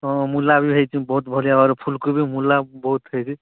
ହଁ ମୂଲା ବି ହେଇଛି ବହୁତ ବଢ଼ିଆ ଭାବରେ ଫୁଲକୋବି ମୂଲା ବହୁତ ହେଇଛି